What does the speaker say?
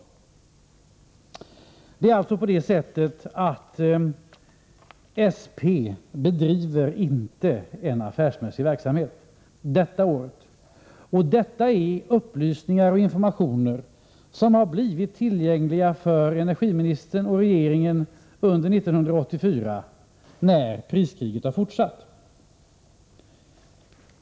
Det är alltså så, att SP inte bedriver en affärsmässig verksamhet i år. Detta är upplysningar och informationer som har blivit tillgängliga för energiministern och regeringen under 1984 när priskriget har fortsatt.